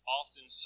often